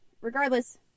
regardless